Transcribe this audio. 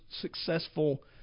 successful